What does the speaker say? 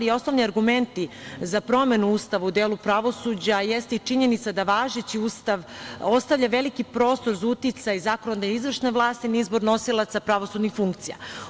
Osnovni argumenti za promenu Ustava u delu pravosuđa jeste i činjenica da važeći Ustav ostavlja veliki prostor za uticaj zakonodavne i izvršne vlasti na izbor nosilaca pravosudnih funkcija.